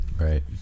Right